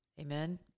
amen